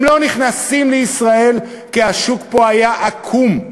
הם לא נכנסים לישראל כי השוק פה היה עקום.